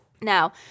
now